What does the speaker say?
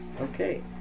Okay